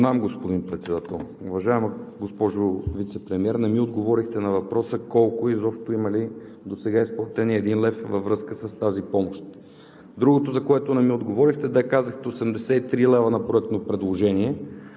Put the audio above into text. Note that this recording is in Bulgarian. Знам, господин Председател. Уважаема госпожо Вицепремиер, не ми отговорихте на въпроса: колко и изобщо има ли досега изплатен и 1 лв. във връзка с тази помощ? Другото, на което не ми отговорихте – да, казахте 83 лв. на проектно предложение,